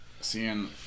Seeing